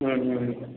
ம் ம்